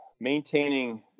maintaining